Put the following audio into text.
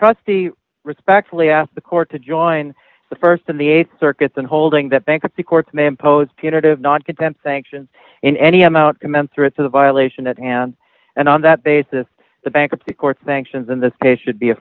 trustee respectfully asked the court to join the st in the th circuit and holding that bankruptcy courts may impose punitive not contempt sanctions in any amount commensurate to the violation at hand and on that basis the bankruptcy court sanctions in this case should be a